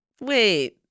Wait